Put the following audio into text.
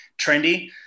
trendy